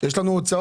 יש לנו הוצאות.